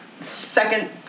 second